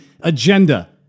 agenda